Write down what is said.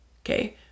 okay